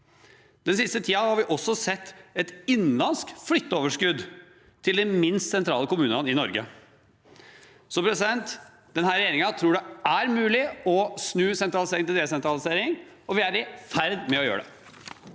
Den siste tiden har vi også sett et innenlandsk flytteoverskudd til de minst sentrale kommunene i Norge. Så denne regjeringen tror det er mulig å snu sentralisering til desentralisering, og vi er i ferd med å gjøre det.